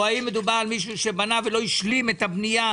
או האם מדובר על מישהו שבנה ולא השלים את הבנייה?